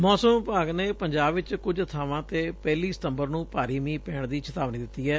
ਮੌਸਮ ਵਿਭਾਗ ਨੇ ਪੰਜਾਬ ਵਿਚ ਕੁਝ ਬਾਵਾਂ ਤੇ ਪਹਿਲੀ ਸਤੰਬਰ ਨੇ ਭਾਰੀ ਮੀਂਹ ਪੈਣ ਦੀ ਚਿਤਾਵਨੀ ਦਿੱਤੀ ਐ